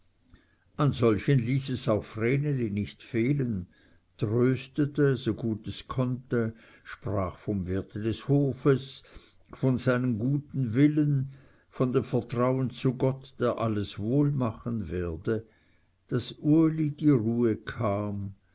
an solchen ließ es auch vreneli nicht fehlen tröstete so gut es konnte sprach vom werte des hofes von seinem guten willen von dem vertrauen zu gott der alles wohl machen werde daß uli die ruhe kam